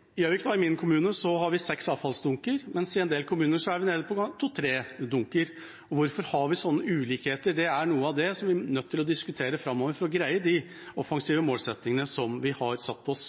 øvrig. I Gjøvik, i min kommune, har vi seks avfallsdunker, mens i en del andre kommuner er det nede på to–tre dunker. Hvorfor har vi sånne ulikheter? Det er noe av det vi er nødt til å diskutere framover for å nå de offensive målene som vi har satt oss.